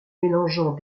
mélangeant